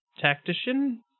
Tactician